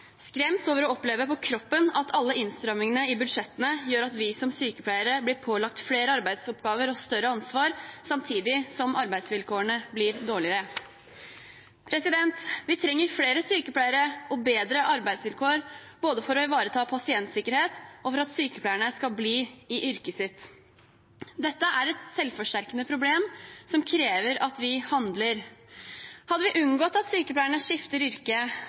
Skremt over å oppleve på kroppen at alle innstramminger i budsjettene gjør at vi som sykepleiere stadig blir pålagt flere arbeidsoppgaver og større ansvar, samtidig som arbeidsvilkårene våre blir dårligere.» Vi trenger flere sykepleiere og bedre arbeidsvilkår både for å ivareta pasientsikkerhet og for at sykepleierne skal bli i yrket sitt. Dette er et selvforsterkende problem som krever at vi handler. Hadde vi unngått at sykepleierne skifter